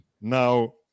Now